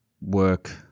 work